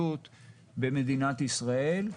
המשילות במדינת ישראל.